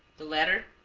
the latter,